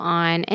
on